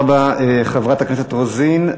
תודה רבה, חברת הכנסת רוזין.